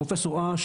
פרופ' אש,